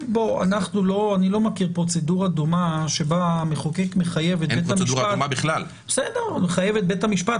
אני לא מכיר פרוצדורה דומה שבה המחוקק מחייב את בית המשפט